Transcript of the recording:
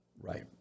Right